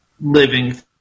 living